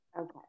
Okay